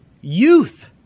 youth